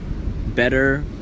better